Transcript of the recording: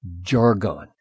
jargon